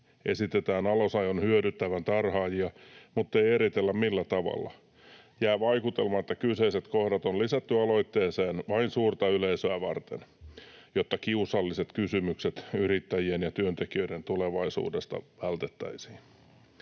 Esitetään alasajon hyödyttävän tarhaajia mutta ei eritellä, millä tavalla. Jää vaikutelma, että kyseiset kohdat on lisätty aloitteeseen vain suurta yleisöä varten, jotta kiusalliset kysymykset yrittäjien ja työntekijöiden tulevaisuudesta vältettäisiin.